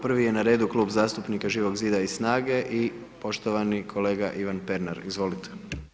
Prvi je na redu Klub zastupnika Živog zida i SNAGA-e i poštovani kolega Ivan Pernar, izvolite.